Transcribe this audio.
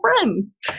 friends